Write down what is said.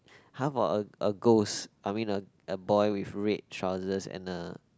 how about a a ghost I mean a a boy with red trousers and a